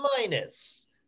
minus